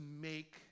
make